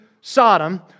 Sodom